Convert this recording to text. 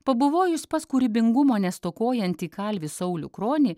pabuvojus pas kūrybingumo nestokojantį kalvį saulių kronį